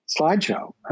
slideshow